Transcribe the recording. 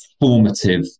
formative